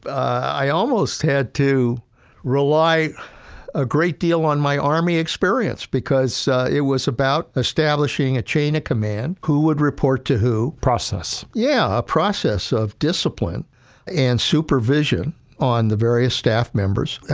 i almost had to rely a great deal on my army experience because it was about establishing a chain of command who would report to who. process. yeah, a process of discipline and supervision on the various staff members.